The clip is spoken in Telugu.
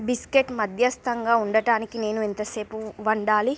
బిస్కట్ మధ్యస్థంగా ఉండటానికి నేను ఎంతసేపు వండాలి